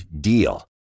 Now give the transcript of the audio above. DEAL